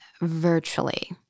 virtually